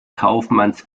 kaufmanns